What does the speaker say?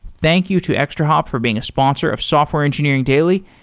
thank you to extrahop for being a sponsor of software engineering daily,